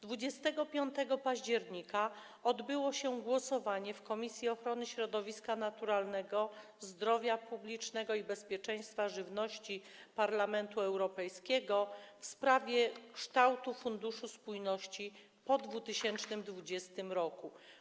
25 października odbyło się głosowanie w Komisji Ochrony Środowiska Naturalnego, Zdrowia Publicznego i Bezpieczeństwa Żywności Parlamentu Europejskiego w sprawie kształtu Funduszu Spójności po 2020 r.